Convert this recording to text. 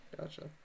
Gotcha